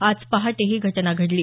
आज पहाटे ही घटना घडली